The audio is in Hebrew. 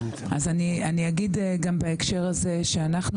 המקום הטבעי של החוק הזה,